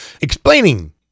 explaining